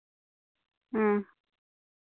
ᱦᱩᱸ